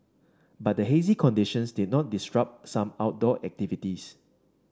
but the hazy conditions did not disrupt some outdoor activities